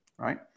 Right